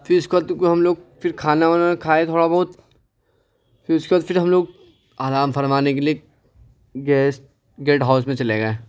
پھر اس کے بعد تو کوئی ہم لوگ پھر کھانا وانا کھائے تھوڑا بہت پھر اس کے بعد پھر ہم لوگ آرام فرمانے کے لیے گیس گیسٹ ہاؤس میں چلے گئے